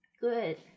Good